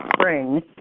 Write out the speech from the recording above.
spring